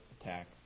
attack